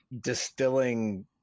distilling